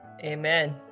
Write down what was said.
Amen